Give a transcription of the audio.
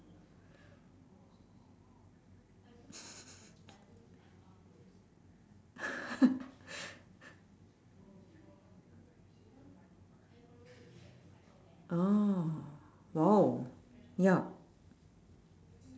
oh !wow! yup